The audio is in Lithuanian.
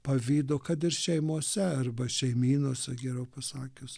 pavydo kad ir šeimose arba šeimynose geriau pasakius